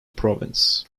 province